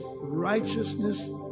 righteousness